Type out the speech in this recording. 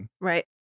right